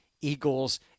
Eagles